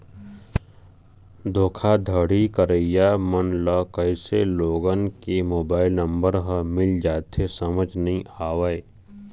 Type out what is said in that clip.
धोखाघड़ी करइया मन ल कइसे लोगन के मोबाईल नंबर ह मिल जाथे समझ नइ आवय